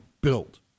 built